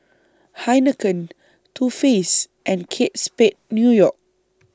Heinekein Too Faced and Kate Spade New York